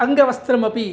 अङ्गवस्त्रमपि